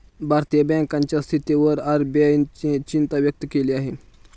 भारतीय बँकांच्या स्थितीवर आर.बी.आय ने चिंता व्यक्त केली आहे